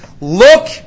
look